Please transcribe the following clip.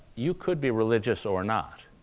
you could be religious or not.